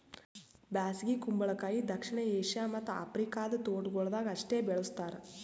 ಬ್ಯಾಸಗಿ ಕುಂಬಳಕಾಯಿ ದಕ್ಷಿಣ ಏಷ್ಯಾ ಮತ್ತ್ ಆಫ್ರಿಕಾದ ತೋಟಗೊಳ್ದಾಗ್ ಅಷ್ಟೆ ಬೆಳುಸ್ತಾರ್